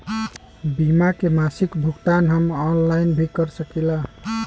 बीमा के मासिक भुगतान हम ऑनलाइन भी कर सकीला?